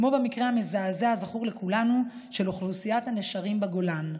כמו במקרה המזעזע הזכור לכולנו של אוכלוסיית הנשרים בגולן.